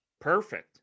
perfect